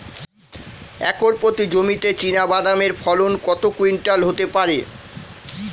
Acre প্রতি জমিতে চীনাবাদাম এর ফলন কত কুইন্টাল হতে পারে?